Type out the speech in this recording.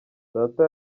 data